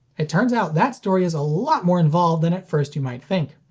it turns out that story is a lot more involved than at first you might think.